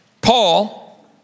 Paul